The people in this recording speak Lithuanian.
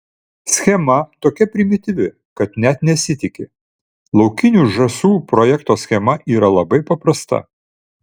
schema tokia primityvi kad net nesitiki laukinių žąsų projekto schema yra labai paprasta